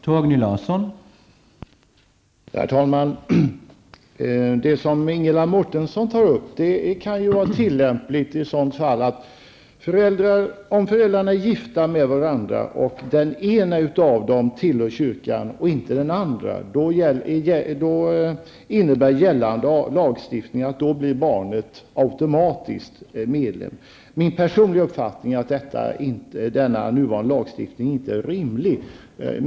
Herr talman! Det som Ingela Mårtensson tog upp kan vara tillämpligt i sådana fall där föräldrarna är gifta och den ena av dem tillhör den svenska kyrkan men inte den andra. Då innebär den gällande lagstiftningen att barnet automatiskt blir medlem i svenska kyrkan. Min personliga uppfattning är att den nuvarande lagstiftningen inte är rimlig.